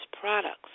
products